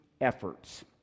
efforts